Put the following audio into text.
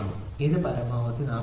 ഇവിടെ ഇത് പരമാവധി 40